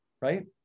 right